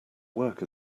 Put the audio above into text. work